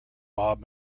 bob